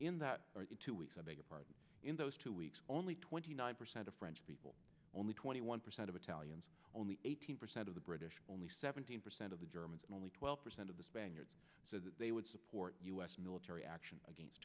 in that two weeks of anger in those two weeks only twenty nine percent of french people only twenty one percent of italians only eighteen percent of the british only seventeen percent of the germans and only twelve percent of the spaniards so that they would support u s military action against